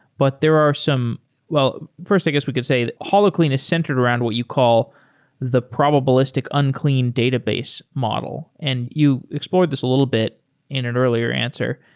but there are some well, first, i guess we could say holoclean is centered around what you call the probabilistic unclean database model, and you explored this a little bit in an earlier answer.